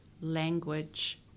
language